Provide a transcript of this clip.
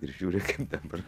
ir žiūri dabar